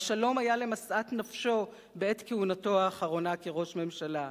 והשלום היה למשאת נפשו בעת כהונתו האחרונה כראש הממשלה.